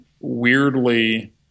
weirdly